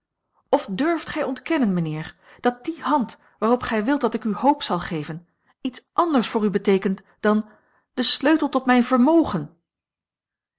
of durft gij ontkennen mijnheer dat die a l g bosboom-toussaint langs een omweg hand waarop gij wilt dat ik u hoop zal geven iets anders voor u beteekent dan den sleutel tot mijn vermogen